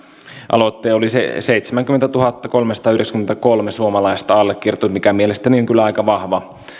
aloitteen oli sen seitsemänkymmentätuhattakolmesataayhdeksänkymmentäkolme suomalaista allekirjoittanut mikä mielestäni on kyllä aika vahva